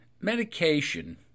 medication